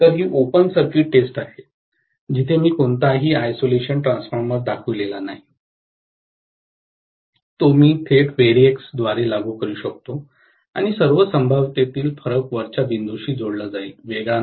तर ही open circuit test आहे जिथे मी कोणताही आयसोलेशन ट्रान्सफॉर्मर दर्शविला नाही तो मी थेट व्हेरिएक्स द्वारे लागू करू शकतो आणि सर्व संभाव्यतेतील फरक वरच्या बिंदूशी जोडला जाईल वेगळा नाही